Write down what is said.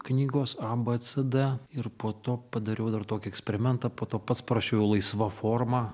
knygos a b c d ir po to padariau dar tokį eksperimentą po to pats parašiau laisva forma